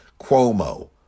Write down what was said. Cuomo